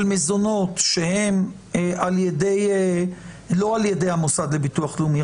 מזונות שהם לא על ידי המוסד לביטוח לאומי,